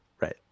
Right